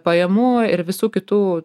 pajamų ir visų kitų